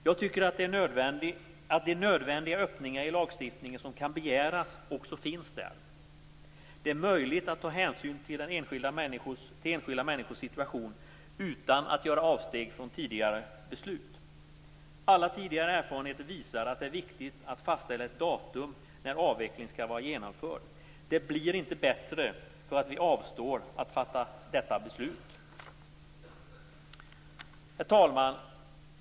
Jag tycker att de nödvändiga öppningar i lagstiftningen som kan begäras också finns där. Det är möjligt att ta hänsyn till enskilda människors situation utan att göra avsteg från tidigare beslut. Alla tidigare erfarenheter visar att det är viktigt att fastställa ett datum när avvecklingen skall vara genomförd. Det blir inte bättre för att vi avstår från att fatta detta beslut. Herr talman!